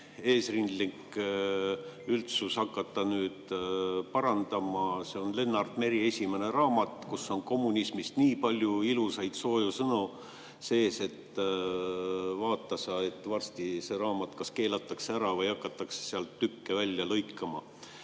eesrindlik üldsus hakata nüüd parandama. See on Lennart Meri esimene raamat, kus on kommunismi kohta nii palju ilusaid sooje sõnu sees, et vaata sa, et varsti see raamat kas keelatakse ära või hakatakse sealt tükke välja lõikama.